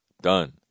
done